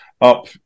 up